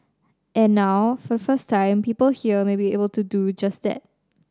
and now for the first time people here may be able to do just that